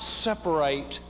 separate